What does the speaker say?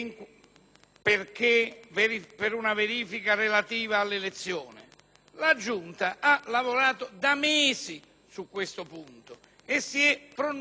La Giunta ha lavorato da mesi su questo punto, si è pronunciata e non mi risulta che nessun organo giurisdizionale,